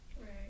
Right